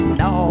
no